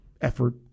effort